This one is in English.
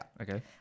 Okay